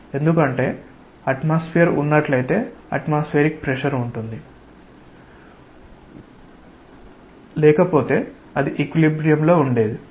ఎందుకంటే అట్మాస్ఫియర్ ఉన్నట్లయితే atmospheric pressure లేకపోతే అది ఈక్విలిబ్రియమ్ లో ఉండేది